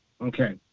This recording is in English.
Okay